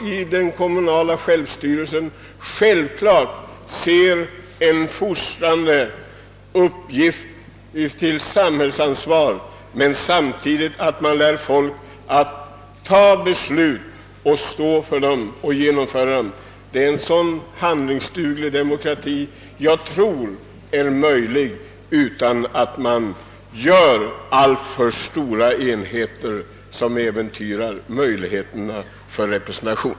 I den kommunala självstyrelsen ser jag självklart en uppgift att fostra till samhällsansvar, samtidigt som man lär folk fatta beslut, stå för dem och genomföra dem. Det är en sådan handlingsduglig demokrati jag tror är möjlig, utan att man skapar alltför stora enheter som äventyrar möjligheterna för representation.